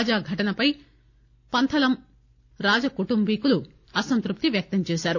తాజా ఘటనపై పంథలం రాజకుటుంబీకులు అసంతృప్తి వ్యక్తంచేశారు